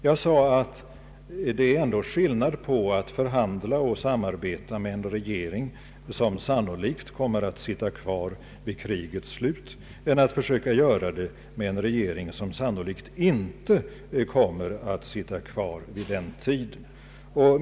Jag sade att det ändå är skillnad mellan att förhandla och samarbeta med en regering, som sannolikt kommer att sitta kvar vid krigets slut, och att försöka göra det med en regering, som sannolikt inte kommer att sitta kvar vid den tidpunkten.